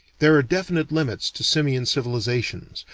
there are definite limits to simian civilizations,